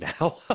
now